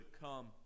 come